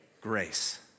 Grace